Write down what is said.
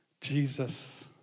Jesus